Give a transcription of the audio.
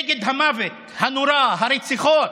נגד המוות הנורא, הרציחות,